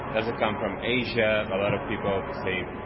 does it come from asia, a lot of people say,